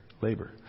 labor